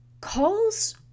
Calls